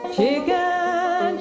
Chicken